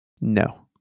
no